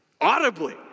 Audibly